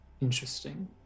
Interesting